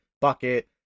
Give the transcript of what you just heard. bucket